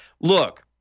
look